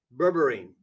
berberine